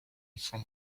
from